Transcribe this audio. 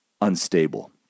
unstable